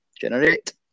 Generate